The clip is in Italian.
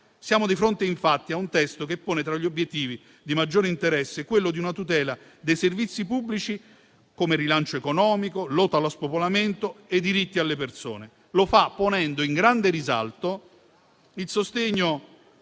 Siamo di fronte, infatti, a un testo che pone tra gli obiettivi di maggiore interesse quello di una tutela dei servizi pubblici come rilancio economico, lotta allo spopolamento e diritti alle persone. Lo fa ponendo in grande risalto il sostegno